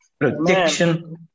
protection